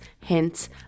hints